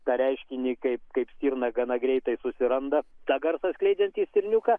tą reiškinį kaip kaip stirna gana greitai susiranda tą garsą skleidžiantį stirniuką